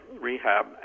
rehab